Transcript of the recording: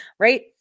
right